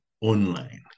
online